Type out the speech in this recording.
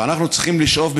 ואנחנו צריכים לשאוף,